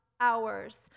hours